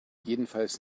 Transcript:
jedenfalls